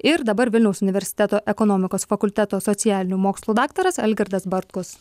ir dabar vilniaus universiteto ekonomikos fakulteto socialinių mokslų daktaras algirdas bartkus